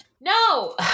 No